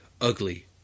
ugly